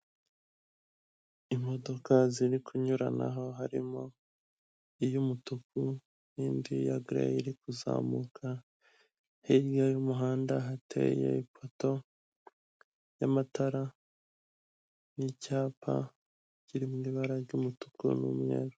Imodoka ziri kunyuranaho harimo iy'umutuku n'indi ya gara iri kuzamuka hirya y'umuhanda hateye ipoto y'amatara n'icyapa kiri mu ibara ry'umutuku n'umweru.